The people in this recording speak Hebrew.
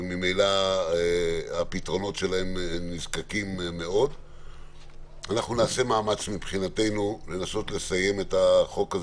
אנחנו נעשה מאמץ לסיים היום לדון בחוק הזה,